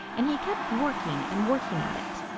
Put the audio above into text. and he kept working and working at it.